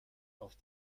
auf